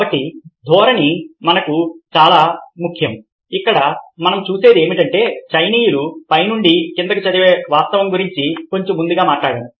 కాబట్టి ధోరణి మనకు చాలా ముఖ్యం ఇక్కడ మనం చూసేది ఏమిటంటే చైనీయులు పై నుండి క్రిందికి చదివే వాస్తవం గురించి కొంచెం ముందుగా మాట్లాడాము